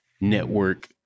network